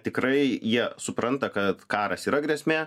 tikrai jie supranta kad karas yra grėsmė